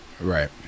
Right